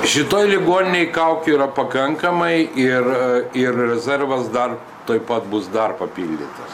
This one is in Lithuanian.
šitoj ligoninėj kaukių yra pakankamai ir ir rezervas dar tuoj pat bus dar papildytas